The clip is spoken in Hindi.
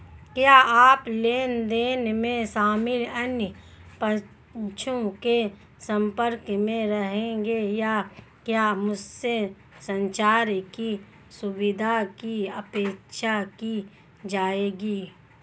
क्या आप लेन देन में शामिल अन्य पक्षों के संपर्क में रहेंगे या क्या मुझसे संचार की सुविधा की अपेक्षा की जाएगी?